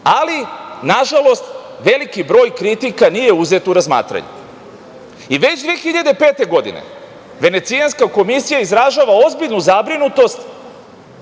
ali nažalost veliki broj kritika nije uzet u razmatranje.I već 2005. godine Venecijanska komisija izražava ozbiljnu zabrinutost